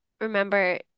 remember